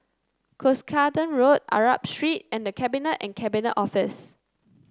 Cuscaden Road Arab Street and The Cabinet and Cabinet Office